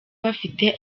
bafite